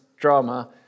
drama